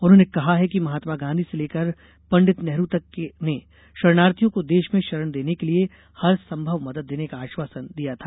उन्होंने कहा है कि महात्मा गांधी से लेकर पंडित नेहरू तक ने षरणार्थियों को देष में षरण देने के लिये हर संभव मदद देने का आष्वासन दिया था